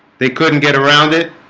they couldn't get around it.